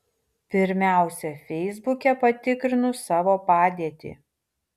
pirmiausia feisbuke patikrinu savo padėtį